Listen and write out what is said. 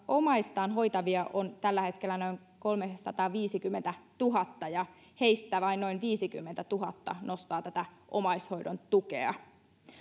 omaistaan hoitavia on tällä hetkellä noin kolmesataaviisikymmentätuhatta ja heistä vain noin viisikymmentätuhatta nostaa tätä omaishoidon tukea